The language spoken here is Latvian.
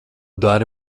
dari